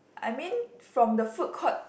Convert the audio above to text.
I mean from the food court